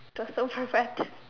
it was so perfect